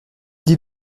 dis